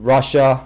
Russia